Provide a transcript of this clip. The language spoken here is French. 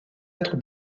être